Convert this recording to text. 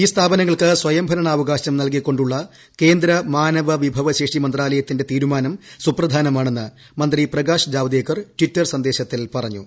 ഈ സ്ഥാപനങ്ങൾക്ക് സ്വയം ഭരണാവകാശം നല്കികൊണ്ടുള്ള കേന്ദ്രമാനവവിഭവശേഷി മന്ത്രാലയത്തിന്റെ തീരുമാനം സുപ്രധാനമാണെന്ന് മന്ത്രി പ്രകാശ് ജാവദേക്കർ ട്വിറ്റർ സന്ദേശത്തിൽ പറഞ്ഞു